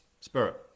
spirit